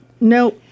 no